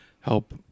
help